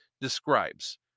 describes